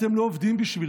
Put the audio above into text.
אתם לא עובדים בשבילם.